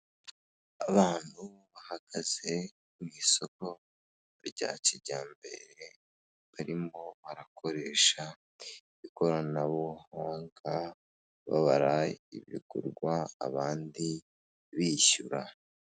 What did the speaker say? Abantu bahagaze mu isoko rya kijyambere, barimo barakoresha ikoranabuhanga, babara ibigurwa, abandi bishyura.